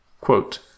Quote